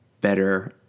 better